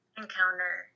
encounter